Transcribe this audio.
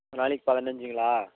ஒரு நாளைக்கு பதினைஞ்சுங்களா